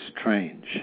strange